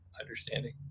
understanding